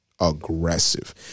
aggressive